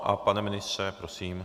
A pane ministře, prosím.